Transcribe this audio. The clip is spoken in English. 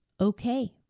okay